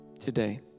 today